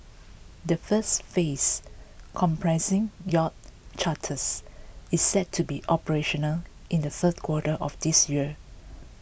the first phase comprising yacht charters is set to be operational in the third quarter of this year